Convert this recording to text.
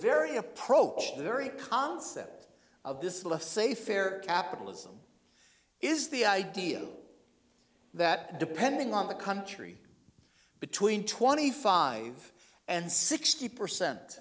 very approach the very concept of this let's say fair capitalism is the idea that depending on the country between twenty five and sixty percent